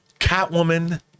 Catwoman